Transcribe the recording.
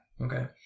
okay